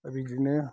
दा बिदिनो